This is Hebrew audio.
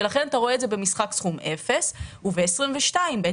ולכן אתה רואה את זה במשחק סכום אפס ובשנת 2022,